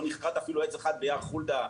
לא נכרת אפילו עץ אחד ביער חולדה,